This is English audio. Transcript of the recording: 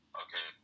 okay